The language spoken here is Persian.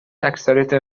اکثریت